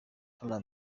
alarm